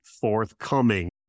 forthcoming